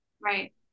Right